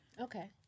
Okay